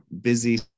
busy